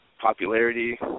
popularity